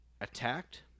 attacked